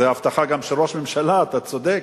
זו הבטחה גם של ראש ממשלה, אתה צודק,